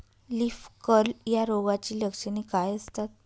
Leaf curl या रोगाची लक्षणे काय असतात?